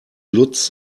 lutz